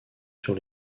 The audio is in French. sur